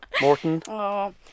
Morton